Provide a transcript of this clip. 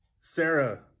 Sarah